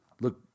look